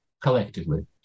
collectively